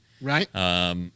Right